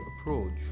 approach